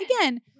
again